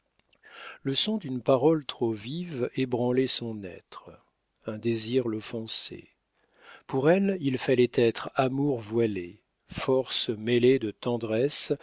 le son d'une parole trop vive ébranlait son être un désir l'offensait pour elle il fallait être amour voilé force mêlée de tendresse